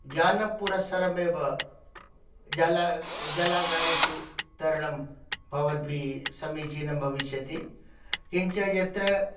ज्ञानपुरःसरम् एव जला जलागारेषु तरणं भवद्भिः समीचीनं भविष्यति किञ्च यत्र